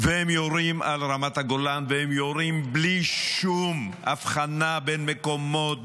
והם יורים על רמת הגולן והם יורים בלי שום הבחנה בין מקומות,